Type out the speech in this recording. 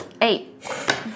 Eight